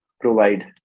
provide